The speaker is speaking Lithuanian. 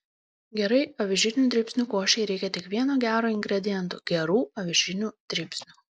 gerai avižinių dribsnių košei reikia tik vieno gero ingrediento gerų avižinių dribsnių